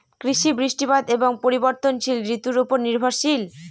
কৃষি বৃষ্টিপাত এবং পরিবর্তনশীল ঋতুর উপর নির্ভরশীল